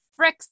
fricks